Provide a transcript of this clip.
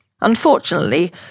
Unfortunately